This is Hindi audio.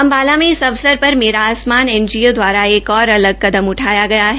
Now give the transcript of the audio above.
अम्बाला में इस अवसर पर मेरा आसमान एनजीओ द्वारा एक और अलग कदम उठाया गया है